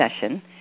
session